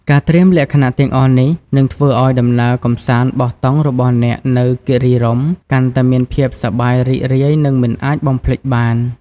ការត្រៀមលក្ខណៈទាំងអស់នេះ នឹងធ្វើឲ្យដំណើរកម្សាន្តបោះតង់របស់អ្នកនៅគិរីរម្យកាន់តែមានភាពសប្បាយរីករាយ និងមិនអាចបំភ្លេចបាន។